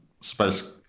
space